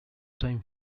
time